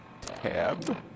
tab